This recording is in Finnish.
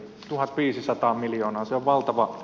se on valtava summa